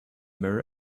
mirror